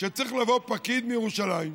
שצריך לבוא פקיד מירושלים,